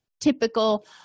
typical